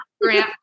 Grant